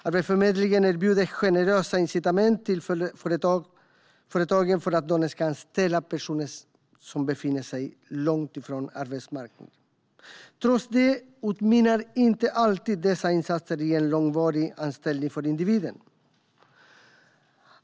Arbetsförmedlingen erbjuder generösa incitament till företagen för att de ska anställa personer som befinner sig långt från arbetsmarknaden. Trots det utmynnar inte alltid dessa insatser i en långvarig anställning för individen.